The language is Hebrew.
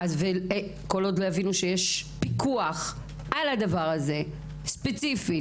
אנחנו עושים בחינה של הרפורמה ומבצעים מעקב אחריה כדי